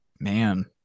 man